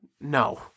No